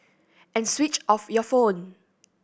and switch off your phone